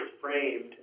framed